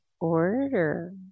order